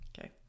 Okay